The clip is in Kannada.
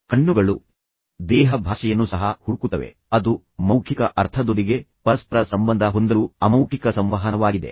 ಕಣ್ಣುಗಳು ದೇಹ ಭಾಷೆಯನ್ನು ಸಹ ಹುಡುಕುತ್ತವೆ ಅದು ಮೌಖಿಕ ಅರ್ಥದೊಂದಿಗೆ ಪರಸ್ಪರ ಸಂಬಂಧ ಹೊಂದಲು ಅಮೌಖಿಕ ಸಂವಹನವಾಗಿದೆ